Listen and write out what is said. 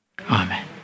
amen